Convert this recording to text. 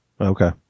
Okay